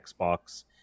xbox